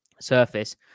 surface